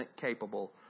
capable